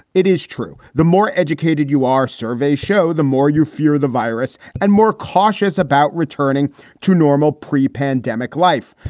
it is true. the more educated you are, surveys show, the more you fear the virus and more cautious about returning to normal pre pandemic life.